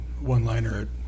one-liner